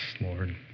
Lord